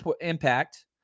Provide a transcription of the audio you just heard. impact